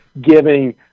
giving